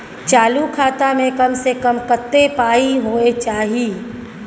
चालू खाता में कम से कम कत्ते पाई होय चाही?